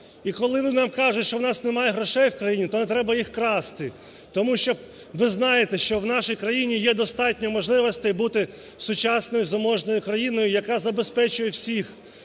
І коли вони нам кажуть, що у нас немає грошей в країні, то не треба їх красти. Тому що ви знаєте, що в нашій країні є достатньо можливостей бути сучасною, заможною країною, яка забезпечує всіх